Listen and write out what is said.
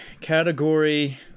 category